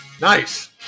Nice